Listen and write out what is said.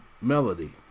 Melody